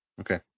Okay